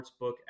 sportsbook